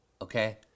okay